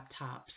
laptops